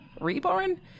reborn